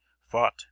fought